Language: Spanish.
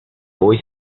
hoy